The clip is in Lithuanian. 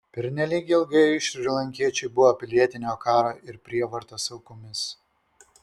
pernelyg ilgai šrilankiečiai buvo pilietinio karo ir prievartos aukomis